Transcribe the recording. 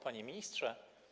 Panie Ministrze!